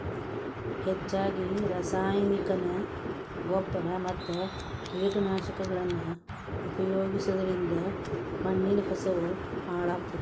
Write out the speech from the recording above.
ಹೆಚ್ಚಗಿ ರಾಸಾಯನಿಕನ ಗೊಬ್ಬರ ಮತ್ತ ಕೇಟನಾಶಕಗಳನ್ನ ಉಪಯೋಗಿಸೋದರಿಂದ ಮಣ್ಣಿನ ಕಸವು ಹಾಳಾಗ್ತೇತಿ